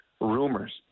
rumors